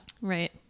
Right